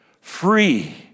Free